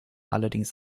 allerdings